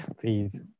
please